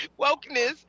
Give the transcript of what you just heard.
wokeness